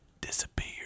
Disappear